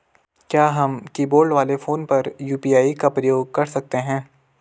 क्या हम कीबोर्ड वाले फोन पर यु.पी.आई का प्रयोग कर सकते हैं?